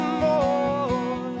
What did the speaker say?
more